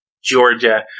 Georgia